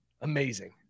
amazing